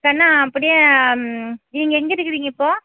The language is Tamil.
கண்ணா அப்படியே நீங்கள் எங்கே இருக்குறிங்க இப்போ